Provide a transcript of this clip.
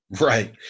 Right